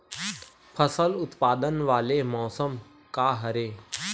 फसल उत्पादन वाले मौसम का हरे?